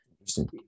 Interesting